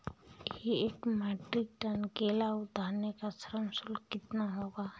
एक metric tonne केला उतारने का श्रम शुल्क कितना होगा?